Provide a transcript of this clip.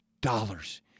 dollars